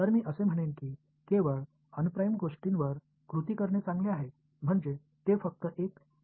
तर मी असे म्हणेन की केवळ अंप्राइम्ड गोष्टींवर कृती करणे चांगले आहे म्हणजे ते फक्त एक गृहितक आहे